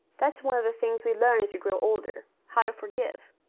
that's one of the things we learn as we grow older how to forgive.